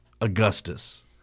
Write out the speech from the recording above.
Augustus